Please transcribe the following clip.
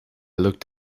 looked